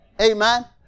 amen